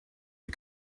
the